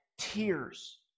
tears